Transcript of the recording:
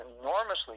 enormously